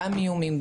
גם איומים,